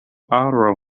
aro